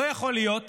לא יכול להיות